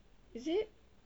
is it